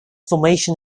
formation